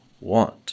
want